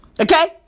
okay